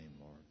Lord